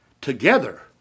together